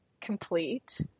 complete